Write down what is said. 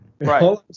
Right